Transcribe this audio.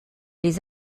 les